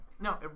No